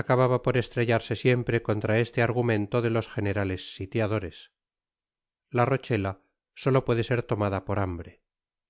acababa por estreltarse siempre contra este argumento de los generales sitiadores la rochela solo puede ser tomada por hambre